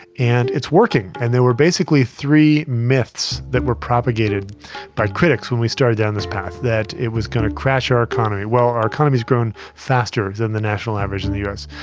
and it's working. and there were basically three myths that were propagated by critics when we started down this path. that it was going to crash our economy. well, our economy is growing faster than the national average in the us.